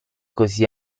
così